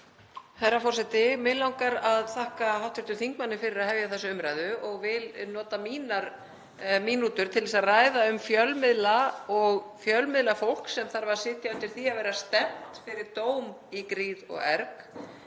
Herra forseti. Mig langar að þakka hv. þingmanni fyrir að hefja þessa umræðu og vil nota mínar mínútur til að ræða um fjölmiðla og fjölmiðlafólk sem þarf að sitja undir því að vera stefnt fyrir dóm í gríð og erg,